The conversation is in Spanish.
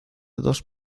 dos